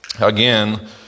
again